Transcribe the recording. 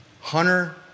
Hunter